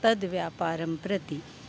तद्व्यापारं प्रति